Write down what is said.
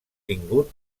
tingut